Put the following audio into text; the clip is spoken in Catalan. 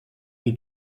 qui